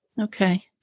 Okay